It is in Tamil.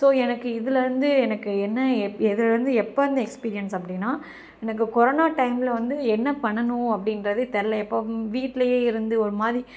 ஸோ எனக்கு இதில் இருந்து எனக்கு என்ன எதுலேயிருந்து எப்போருந்து எக்ஸ்பீரியன்ஸ் அப்படின்னா எனக்கு கொரோனா டைம்ல வந்து என்ன பண்ணணும் அப்படின்றதே தெரில இப்போ வீட்டிலையே இருந்து ஒருமாதிரி